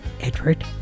Edward